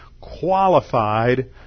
qualified